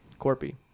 Corpy